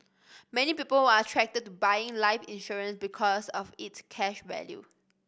many people are attracted to buying life insurance because of its cash value